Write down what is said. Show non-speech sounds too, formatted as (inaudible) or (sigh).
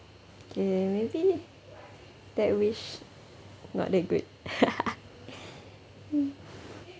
okay maybe that wish not that good (laughs)